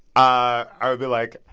i ah would be like,